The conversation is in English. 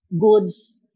goods